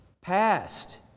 past